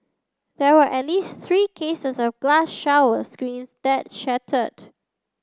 there were at least three cases of glass shower screens that shattered